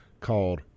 called